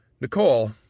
Nicole